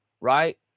right